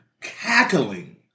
cackling